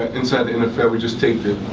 inside the nfl, we just taped it.